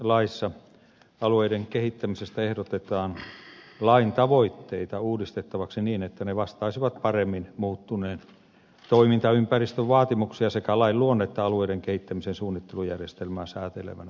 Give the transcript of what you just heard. laissa alueiden kehittämisestä ehdotetaan lain tavoitteita uudistettavaksi niin että ne vastaisivat paremmin muuttuneen toimintaympäristön vaatimuksia sekä lain luonnetta alueiden kehittämisen suunnittelujärjestelmää säätelevänä lakina